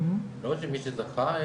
לא למי שזכה,